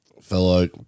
fellow